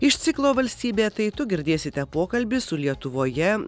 iš ciklo valstybė tai tu girdėsite pokalbį su lietuvoje